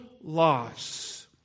loss